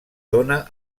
dóna